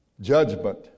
judgment